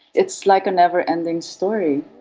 it's like a never-ending story.